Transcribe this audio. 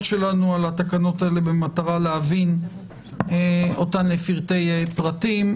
שלנו על התקנות האלה במטרה להבין אותן לפרטי פרטים.